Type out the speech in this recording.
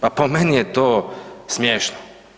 Pa po meni je to smiješno.